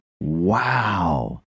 Wow